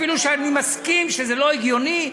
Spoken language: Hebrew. אפילו שאני מסכים שזה לא הגיוני,